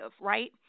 right